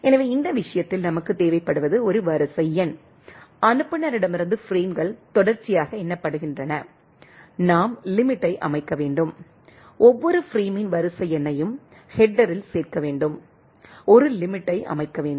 எனவே இந்த விஷயத்தில் நமக்குத் தேவைப்படுவது ஒரு வரிசை எண் அனுப்புநரிடமிருந்து பிரேம்கள் தொடர்ச்சியாக எண்ணப்படுகின்றன நாம் லிமிட்டை அமைக்க வேண்டும் ஒவ்வொரு பிரேமின் வரிசை எண்ணையும் ஹெட்டரில் சேர்க்க வேண்டும் ஒரு லிமிட்டை அமைக்க வேண்டும்